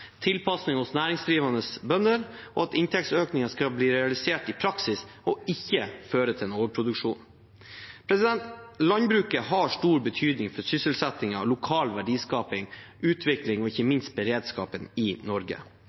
tilpasning hos næringsdrivende bønder og at inntektsøkningen skal bli realisert i praksis og ikke føre til overproduksjon. Landbruket har stor betydning for sysselsetting, lokal verdiskaping, utvikling og ikke minst beredskap i Norge.